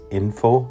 info